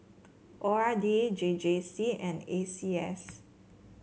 O R D J J C and A C S